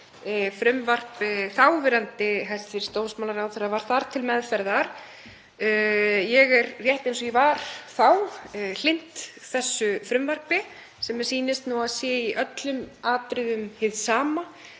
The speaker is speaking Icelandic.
frumvarp þáverandi hæstv. dómsmálaráðherra var þar til meðferðar. Ég er, rétt eins og ég var þá, hlynnt þessu frumvarpi sem mér sýnist að sé í öllum atriðum hið sama,